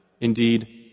Indeed